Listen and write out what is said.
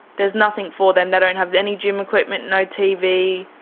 there's nothing for them, they don't have any gym equipment, no tv,